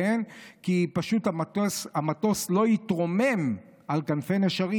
המטוס לא יתרומם על כנפי נשרים,